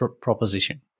proposition